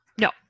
No